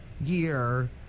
year